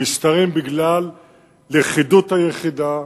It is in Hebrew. הם מסתערים בגלל לכידות היחידה,